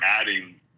adding